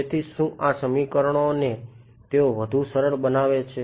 તેથી શું આ સમીકરણોને તેઓ વધુ સરળ બનાવે છે